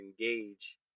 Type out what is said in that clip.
engage